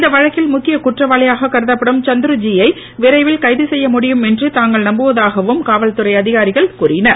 இந்த வழக்கில் ழுக்கிய குற்றவாளியாக கருதப்படும் சந்துருஜீ யை விரைவில் கைது செய்ய முடியும் என தாங்கள் நம்புவதாகவும் காவல்துறை அதிகாரிகள் கூறினர்